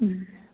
ਜੀ